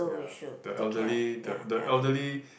ya the elderly the the elderly